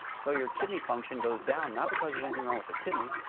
so your kidney function goes down, not because there's anything wrong with the kidney.